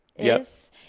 yes